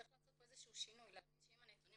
צריך לעשות פה שינוי להבין שאם הנתונים